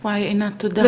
וואי, עינת, תודה.